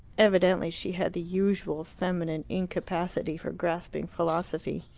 evidently she had the usual feminine incapacity for grasping philosophy.